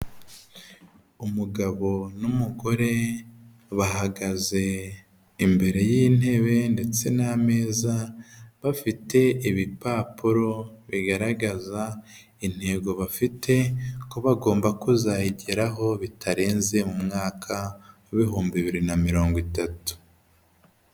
Umugabo n'umugore bahagaze imbere y'intebe ndetse n'ameza bafite ibipapuro bigaragaza intego bafite ko bagomba kuzayigeraho bitarenze umwaka w'ibihumbi bibiri na mirongo itatu.